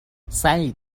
سعید